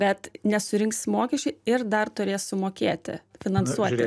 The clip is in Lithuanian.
bet nesurinks mokesčių ir dar turės sumokėti finansuoti